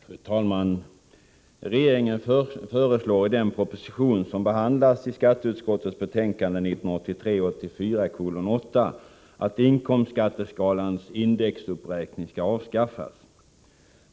Fru talman! Regeringen föreslår i den proposition som behandlas i skatteutskottets betänkande 1984/85:8 att inkomstskatteskalans indexuppräkning skall avskaffas.